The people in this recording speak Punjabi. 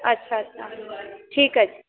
ਅੱਛਾ ਅੱਛਾ ਠੀਕ ਹੈ